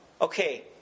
okay